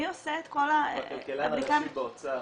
מי עושה את כל ה --- הכלכלן הראשי באוצר